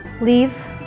Leave